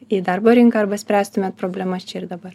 į darbo rinką arba spręstumėt problemas čia ir dabar